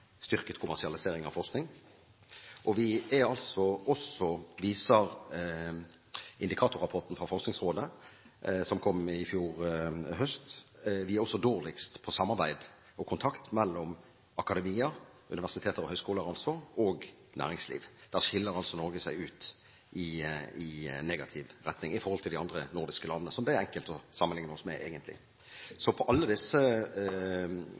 styrket kommersialisering av forskning. Vi er også, viser indikatorer fra Forskningsrådet som kom i fjor høst, dårligst på samarbeid og kontakt mellom akademia – universiteter og høyskoler – og næringsliv. Der skiller altså Norge seg ut i negativ retning i forhold til de andre nordiske landene, som det er enkelt å sammenligne oss med, egentlig. Når det gjelder alle disse